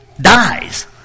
dies